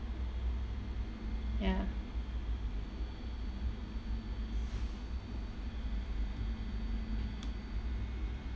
ya